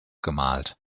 gemalt